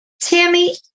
Tammy